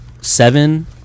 Seven